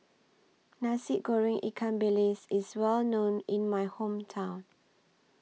Nasi Goreng Ikan Bilis IS Well known in My Hometown